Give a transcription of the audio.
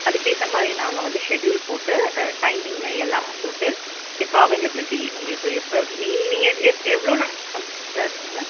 அதுக்கேற்ற மாதிரி நாங்கள் வந்து ஷெடியூல் போட்டு டைமிங்கு எல்லாமே போட்டு எப்போ அவைலபிலிட்டி உங்களுக்கு எப்போ நீ நீங்கள் நீங்கள் எவ் எவ்வளோ நாள் போகிறதா இருக்கீங்க